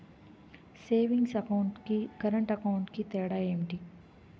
Savings account కి current account కి తేడా ఏమిటి?